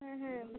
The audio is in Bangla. হ্যাঁ হ্যাঁ